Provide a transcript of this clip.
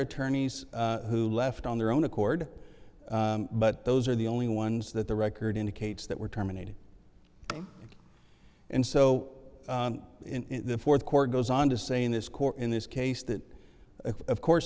attorneys who left on their own accord but those are the only ones that the record indicates that were terminated and so in the fourth quarter goes on to say in this court in this case that of course